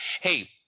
Hey